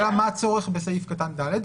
השאלה היא מה הצורך בסעיף קטן (ד).